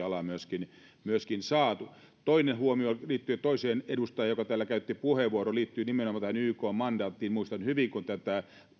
ollaan myöskin myöskin saatu toinen huomio liittyen toiseen edustajaan joka täällä käytti puheenvuoron liittyy nimenomaan tähän ykn mandaattiin muistan hyvin kun unionissa